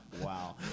Wow